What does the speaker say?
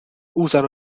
usano